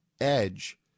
edge